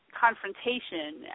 confrontation